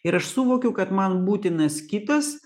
ir aš suvokiau kad man būtinas kitas